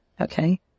Okay